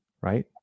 right